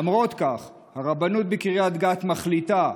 למרות זאת, הרבנות בקריית גת מחליטה,